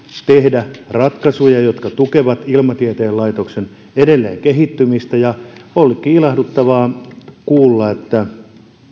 tehdä ratkaisuja jotka tukevat ilmatieteen laitoksen edelleenkehittymistä ja on ollutkin ilahduttavaa kuulla että